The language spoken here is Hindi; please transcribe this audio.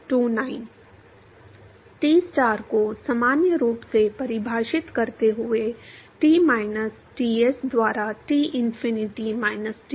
Tstar को सामान्य रूप से परिभाषित करते हुए T माइनस Ts द्वारा Tinfinity माइनस Ts